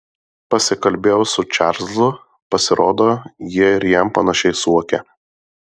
pasikalbėjau su čarlzu pasirodo jie ir jam panašiai suokia